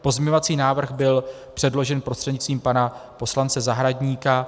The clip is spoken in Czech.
Pozměňovací návrh byl předložen prostřednictvím pana poslance Zahradníka.